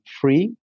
free